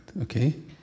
Okay